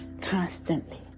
constantly